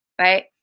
right